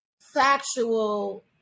factual